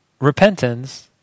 repentance